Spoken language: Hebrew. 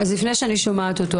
אז לפני שאני שומעת אותו,